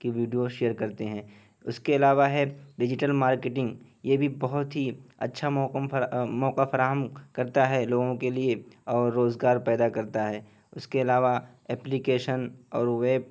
کی videos share کرتے ہیں اس کے علاوہ ہے ڈیجیٹل مارکیٹنگ یہ بھی بہت ہی اچّھا موقع فراہم کرتا ہے لوگوں کے لیے اور روزگار پیدا کرتا ہے اس کے علاوہ ایپلیکیشن اور ویب